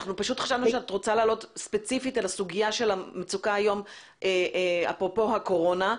אני חשבתי שאת רוצה לדבר ספציפית על הסוגיה של המצוקה אפרופו הקורונה.